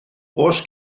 oes